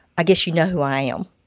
i guess you know who i am.